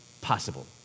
possible